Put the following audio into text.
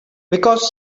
because